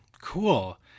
Cool